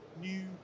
new